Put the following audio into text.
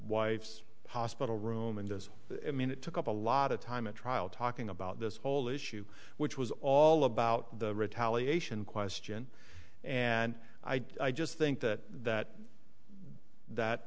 wife's hospital room and as i mean it took up a lot of time a trial talking about this whole issue which was all about the retaliate in question and i just think that that that